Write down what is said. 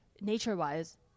nature-wise